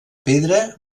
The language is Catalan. pedra